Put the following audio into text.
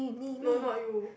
no not you